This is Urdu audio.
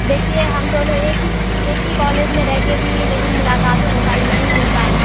دیکھیے ہم دونوں ایک ہی ایک ہی کالج میں رہ کے بھی نہیں ملاقات ہو پائی نہیں مل پائے